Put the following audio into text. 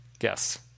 Yes